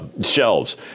shelves